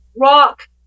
rock